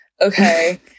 okay